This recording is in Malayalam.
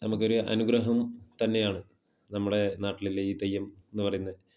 നമുക്കൊരു അനുഗ്രഹം തന്നെയാണ് നമ്മുടെ നാട്ടിലുള്ള ഈ തെയ്യം എന്ന് പറയുന്നത്